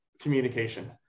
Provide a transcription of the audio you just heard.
communication